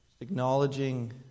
acknowledging